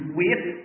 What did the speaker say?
wait